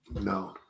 No